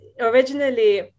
originally